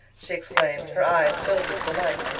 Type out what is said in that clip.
she exclaimed, her eyes filled with delight.